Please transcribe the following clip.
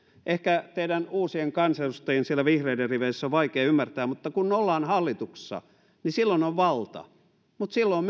ehkä teidän uusien kansanedustajien siellä vihreiden riveissä on vaikea ymmärtää mutta kun ollaan hallituksessa niin silloin on valta mutta silloin